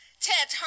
Ted